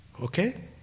Okay